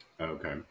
Okay